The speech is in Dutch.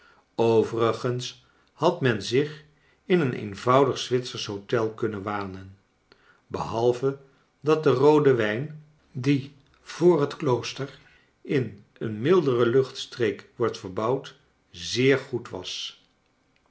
overigens had men zich in een eenvoudig zwitsersch hotel kunnen wanen behalve dat de roode wijn die voor het klooster in een mildere luchtstreek wordt verbouwd zeer goed was